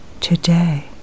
today